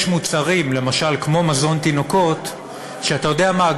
יש מוצרים, למשל כמו מזון תינוקות, שאתה יודע מה?